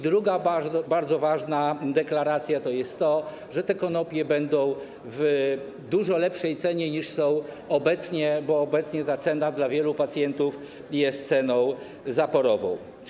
Druga bardzo ważna deklaracja jest taka, że te konopie będą w dużo lepszej cenie niż są obecnie, bo obecnie ta cena dla wielu pacjentów jest zaporowa.